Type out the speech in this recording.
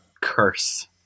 curse